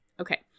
Okay